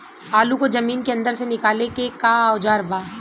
आलू को जमीन के अंदर से निकाले के का औजार बा?